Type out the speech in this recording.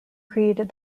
created